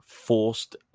forced